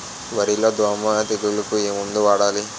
వరిలో దోమ తెగులుకు ఏమందు వాడాలి?